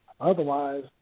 Otherwise